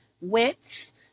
widths